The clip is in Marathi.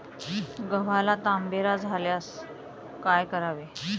गव्हाला तांबेरा झाल्यास काय करावे?